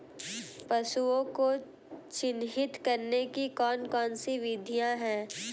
पशुओं को चिन्हित करने की कौन कौन सी विधियां हैं?